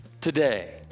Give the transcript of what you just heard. today